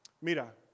Mira